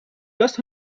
los